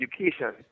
education